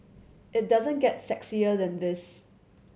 it doesn't get sexier than this